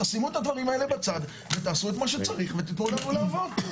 תשימו את הדברים האלה בצד ותעשו את מה שצריך ותתנו לנו לעבוד.